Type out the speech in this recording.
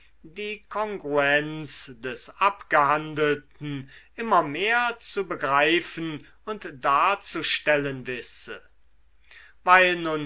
die kongruenz des abgehandelten immer mehr zu begreifen und darzustellen wisse weil nun